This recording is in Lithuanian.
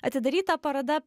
atidaryta paroda